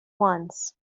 once